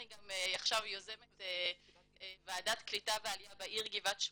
אני גם עכשיו יוזמת ועדת קליטה ועליה בעיר גבעת שמואל,